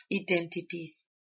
Identities